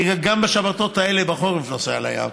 אני גם בשבתות האלה בחורף נוסע לים.